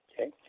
Okay